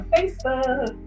Facebook